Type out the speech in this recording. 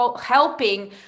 helping